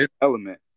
element